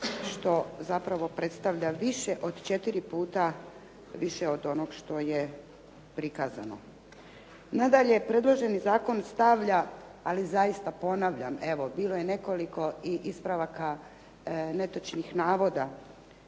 što zapravo predstavlja više od 4 puta više od onog što je prikazano. Nadalje, predloženi zakon stavlja, ali zaista ponavljam evo bilo je nekoliko i ispravaka netočnih navoda,